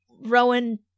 Rowan